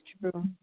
true